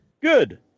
Good